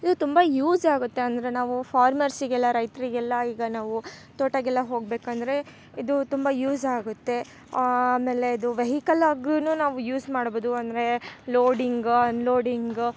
ಇದು ತುಂಬ ಯೂಸ್ ಆಗುತ್ತೆ ಅಂದರೆ ನಾವು ಫಾರ್ಮರ್ಸ್ಸಿಗೆಲ್ಲ ರೈತರಿಗೆಲ್ಲ ಈಗ ನಾವು ತೋಟಕೆಲ್ಲ ಹೋಗ್ಬೇಕು ಅಂದರೆ ಇದು ತುಂಬ ಯೂಸ್ ಆಗುತ್ತೆ ಆಮೇಲೆ ಇದು ವೆಹಿಕಲ್ ಆಗ್ಲೂ ನಾವು ಯೂಸ್ ಮಾಡ್ಬೌದು ಅಂದರೆ ಲೋಡಿಂಗ್ ಅನ್ಲೋಡಿಂಗ್